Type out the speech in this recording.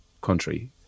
country